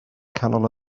canol